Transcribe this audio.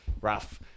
Rough